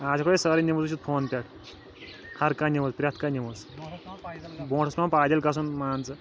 آز ہیٚکو أسۍ سٲرٕے نِوٕز وُچھِتھ فونہٕ پٮ۪ٹھ ہَر کانٛہہ نِوٕز پرٛیٚتھ کانٛہہ نِوٕز برٛونٛٹھ اوٗس پیٚوان پایدٔلۍ گژھُن مان ژٕ